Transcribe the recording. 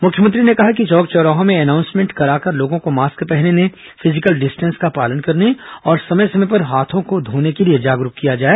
मुख्यमंत्री ने कहा कि चौक चौराहों में एनाउंसमेंट कराकर लोगों को मास्क पहनने फिजिकल डिस्टेंस का पालन करने और समय समय पर हाथों को धोने के लिए जागरूक किया जाए